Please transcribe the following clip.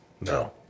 No